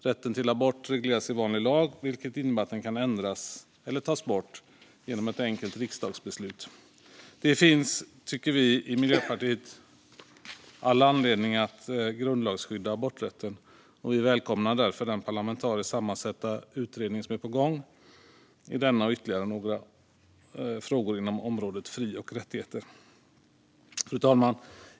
Rätten till abort regleras i vanlig lag, vilket innebär att den kan ändras eller tas bort genom ett enkelt riksdagsbeslut. Det finns, tycker vi i Miljöpartiet, all anledning att grundlagsskydda aborträtten. Vi välkomnar därför den parlamentariskt sammansatta utredning som är på gång i denna och ytterligare några frågor inom området fri och rättigheter. Fru talman!